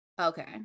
Okay